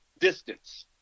distance